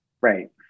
right